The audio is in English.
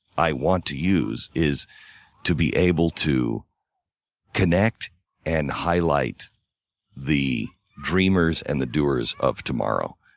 i want to use is to be able to connect and highlight the dreamers and the doers of tomorrow.